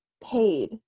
paid